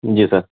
جی سر